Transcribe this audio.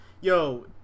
Yo